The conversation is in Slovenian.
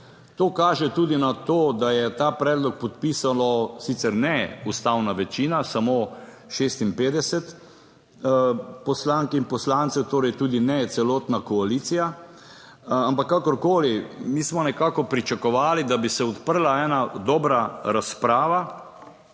To kaže tudi na to, da je ta predlog podpisalo sicer ne ustavna večina, samo 56 poslank in poslancev, torej tudi ne celotna koalicija ampak kakorkoli, mi smo nekako pričakovali, da bi se odprla ena dobra razprava